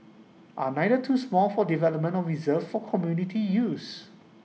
are either too small for development or reserved for community use